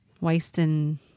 wasting